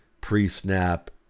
pre-snap